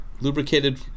lubricated